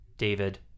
David